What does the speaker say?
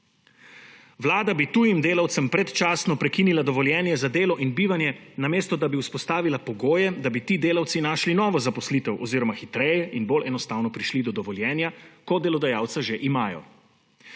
Vlada bi tujim delavcem predčasno prekinila dovoljenje za delo in bivanje, namesto da bi vzpostavila pogoje, da bi ti delavci našli novo zaposlitev oziroma hitreje in bolj enostavno prišli do dovoljenja, ko delodajalca že imajo.